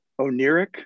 oniric